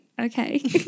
Okay